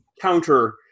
counter